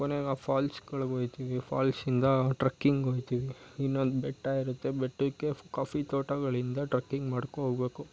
ಕೊನೆಗೆ ಆ ಫಾಲ್ಸ್ಗಳಿಗೆ ಹೋಗ್ತೀವಿ ಫಾಲ್ಸ್ನಿಂದ ಟ್ರಕ್ಕಿಂಗ್ ಹೋಗ್ತೀವಿ ಇನ್ನೊಂದು ಬೆಟ್ಟ ಇರುತ್ತೆ ಬೆಟ್ಟಕ್ಕೆ ಕಾಫಿ ತೋಟಗಳಿಂದ ಟ್ರಕ್ಕಿಂಗ್ ಮಾಡ್ಕೊಂಡು ಹೋಗ್ಬೇಕು